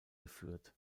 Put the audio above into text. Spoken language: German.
geführt